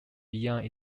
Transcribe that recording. beyond